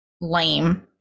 lame